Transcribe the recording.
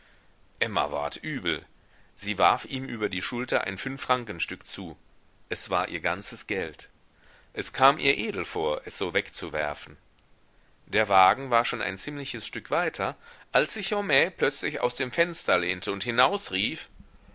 emma ward übel sie warf ihm über die schulter ein fünffrankenstück zu es war ihr ganzes geld es kam ihr edel vor es so wegzuwerfen der wagen war schon ein ziemliches stück weiter als sich homais plötzlich aus dem fenster lehnte und